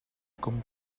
com